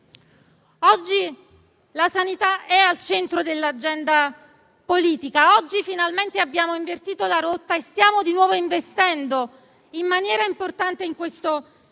Oggi la sanità è al centro dell'agenda politica. Oggi finalmente abbiamo invertito la rotta e stiamo di nuovo investendo in maniera importante in questo settore.